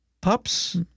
Pups